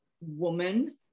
woman